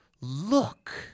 Look